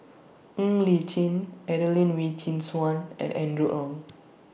Ng Li Chin Adelene Wee Chin Suan and Andrew Ang